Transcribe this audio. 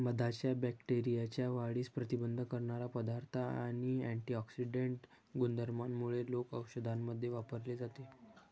मधाच्या बॅक्टेरियाच्या वाढीस प्रतिबंध करणारा पदार्थ आणि अँटिऑक्सिडेंट गुणधर्मांमुळे लोक औषधांमध्ये वापरले जाते